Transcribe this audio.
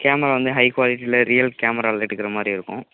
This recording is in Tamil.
கேமரா வந்து ஹை க்வாலிட்டியில் ரியல் கேமராவில் எடுக்கிற மாதிரி இருக்கும்